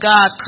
God